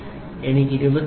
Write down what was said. അതിനാൽ എനിക്ക് 27